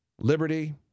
liberty